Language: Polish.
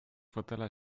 fotela